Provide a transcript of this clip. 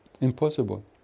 Impossible